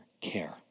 care